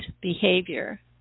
behavior